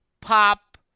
pop